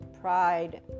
pride